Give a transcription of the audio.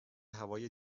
هوایی